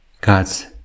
God's